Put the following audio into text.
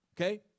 Okay